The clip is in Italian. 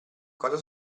cosa